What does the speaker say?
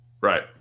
Right